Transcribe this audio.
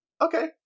Okay